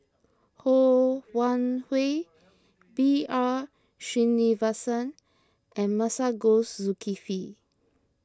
Ho Wan Hui B R Sreenivasan and Masagos Zulkifli